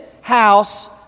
house